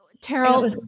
Terrell